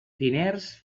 diners